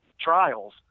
trials